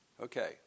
Okay